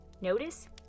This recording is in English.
Notice